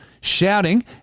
shouting